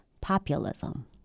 populism